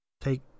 take